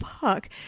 fuck